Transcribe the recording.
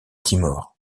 timor